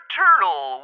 turtle